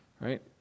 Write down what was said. right